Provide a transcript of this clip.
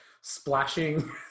splashing